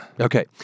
Okay